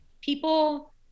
people